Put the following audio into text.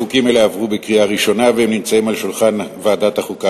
חוקים אלה עברו בקריאה ראשונה והם נמצאים על שולחן ועדת החוקה,